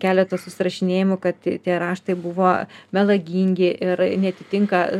keleto susirašinėjimų kad tie raštai buvo melagingi ir neatitinka